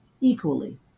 equally